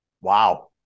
wow